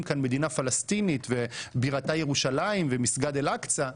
כאן מדינה פלסטינית שבירתה ירושלים ומסגד אל-אקצא,